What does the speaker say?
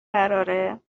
قراره